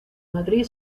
madrid